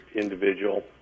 individual